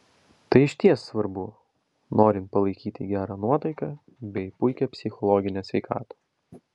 tai išties svarbu norint palaikyti gerą nuotaiką bei puikią psichologinę sveikatą